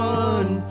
one